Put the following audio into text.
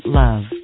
love